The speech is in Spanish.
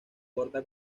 corta